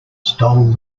stole